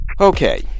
Okay